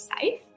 safe